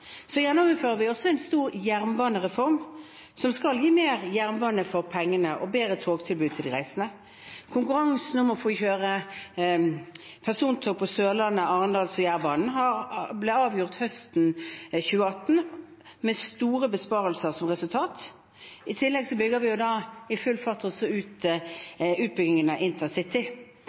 Så gjennomfører vi også en stor jernbanereform som skal gi mer jernbane for pengene og bedre togtilbud til de reisende. Konkurransen om å få kjøre persontog på Sørlandet, Arendalsbanen og Jærbanen, ble avgjort høsten 2018 med store besparelser som resultat. I tillegg bygger vi også i full fart ut